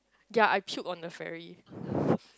ya I puked on the ferry